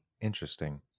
Interesting